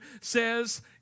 says